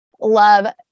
love